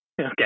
Okay